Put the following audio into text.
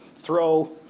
throw